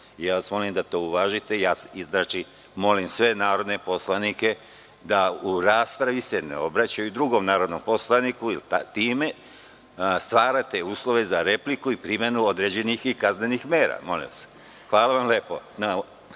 vas da to uvažite. Molim sve narodne poslanike da u raspravi se ne obraćaju drugom narodnom poslaniku, jer time stvarate uslove za repliku i primenu određenih kaznenih mera. Hvala vam lepo